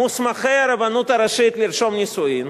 מוסמכי הרבנות הראשית לרשום נישואים,